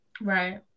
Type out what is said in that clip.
Right